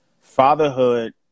Fatherhood